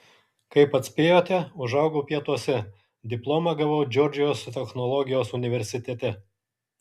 kaip atspėjote užaugau pietuose diplomą gavau džordžijos technologijos universitete